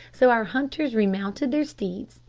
so our hunters remounted their steeds,